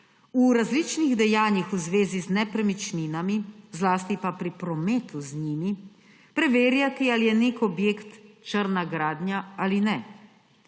v različnih dejanjih v zvezi z nepremičninami, zlasti pa pri prometu z njimi, preverjati, ali je nek objekt črna gradnja ali ne.